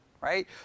right